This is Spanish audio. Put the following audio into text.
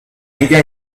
ella